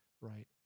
right